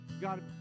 God